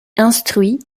instruit